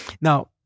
Now